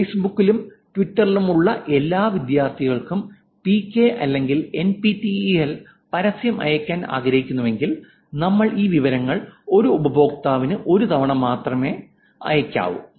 ഫേസ്ബുക്കിലും ട്വിറ്ററിലുമുള്ള എല്ലാ വിദ്യാർത്ഥികൾക്കും പികെ അല്ലെങ്കിൽ എൻപിടിഇഎൽ പരസ്യം അയയ്ക്കാൻ ആഗ്രഹിക്കുന്നുവെങ്കിൽ നമ്മൾ ഈ വിവരങ്ങൾ ഒരു ഉപയോക്താവിന് ഒരു തവണ മാത്രമേ അയയ്ക്കാവൂ